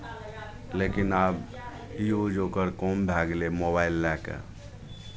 लेकिन आब यूज ओकर कम भए गेलै मोबाइल लए कऽ